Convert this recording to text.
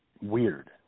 weird